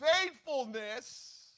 Faithfulness